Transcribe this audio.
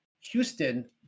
houston